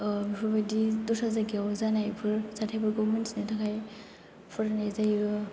बेफोबायदि दस्रा जायगायाव जानायफोर जाथायफोरखौ मिन्थिनो थाखाय फरायनाय जायो